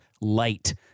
light